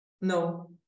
No